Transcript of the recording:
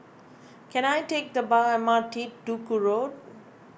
can I take the bar M R T Duku Road